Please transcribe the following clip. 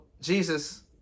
Jesus